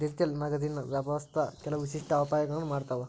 digital ನಗದಿನ್ ವ್ಯವಸ್ಥಾ ಕೆಲವು ವಿಶಿಷ್ಟ ಅಪಾಯಗಳನ್ನ ಮಾಡತಾವ